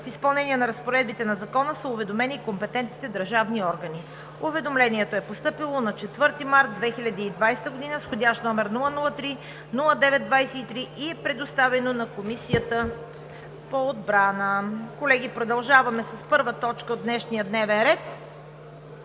В изпълнение на разпоредбите на Закона са уведомени компетентните държавни органи. Уведомлението е постъпило на 4 март 2020 г. с входящ № 003-09-23 и е предоставено на Комисията по отбрана. Колеги, продължаваме с първа точка от дневния ни ред.